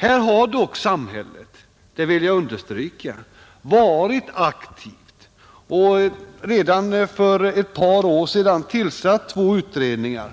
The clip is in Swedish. Här har dock samhället — det vill jag understryka — varit aktivt och redan för ett par år sedan tillsattes två utredningar,